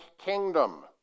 kingdom